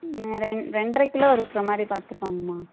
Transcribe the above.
வேறு ரெண்டு ரெண்டற கிலோ இருக்கிற மாதிரி பார்த்துக்கோங்கம்மா